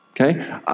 Okay